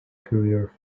career